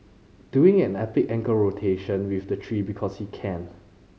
doing an epic ankle rotation with the tree because he can